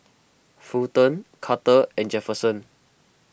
Fulton Carter and Jefferson